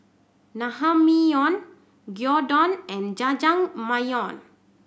Naengmyeon Gyudon and Jajangmyeon